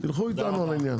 תלכו איתנו על העניין.